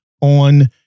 on